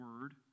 word